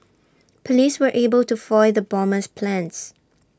Police were able to foil the bomber's plans